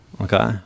Okay